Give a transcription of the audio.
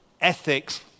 ethics